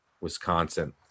Wisconsin